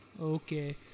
okay